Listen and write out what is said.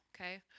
okay